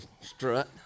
strut